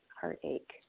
heartache